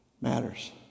matters